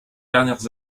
dernières